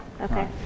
Okay